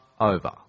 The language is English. over